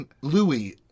Louis